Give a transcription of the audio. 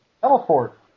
Teleport